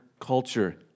culture